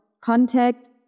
contact